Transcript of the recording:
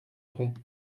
prêt